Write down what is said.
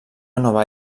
nova